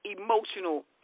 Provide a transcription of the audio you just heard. emotional